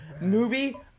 Movie